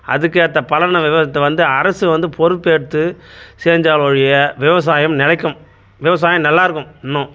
அதுக்கேற்ற பலனை விவரத்தை வந்து அரசு வந்து பொறுப்பேற்று செஞ்சால் ஒழிய விவசாயம் நிலைக்கும் விவசாயம் நல்லாயிருக்கும் இன்னும்